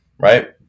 right